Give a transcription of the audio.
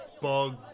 bug